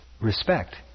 respect